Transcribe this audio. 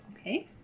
Okay